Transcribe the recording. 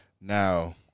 Now